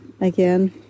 again